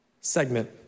segment